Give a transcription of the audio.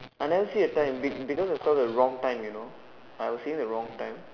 I never see the time be because they told the wrong time you know I seeing the wrong time